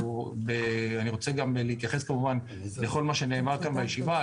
אני רוצה להתייחס כמובן לכל מה שנאמר כאן בישיבה,